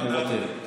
אני מוותר.